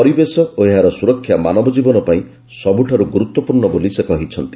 ପରିବେଶ ଓ ଏହାର ସୁରକ୍ଷା ମାନବ ଜୀବନ ପାଇଁ ସବୁଠାରୁ ଗୁରୁତ୍ୱପୂର୍ଣ୍ଣ ବୋଲି ସେ କହିଛନ୍ତି